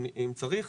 אם צריך.